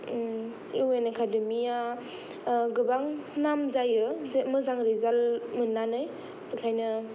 U एन एखादेमिया गोबां नाम जायो मोजां रिजालथ मोन्नानै बेखायनो